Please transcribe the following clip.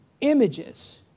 Images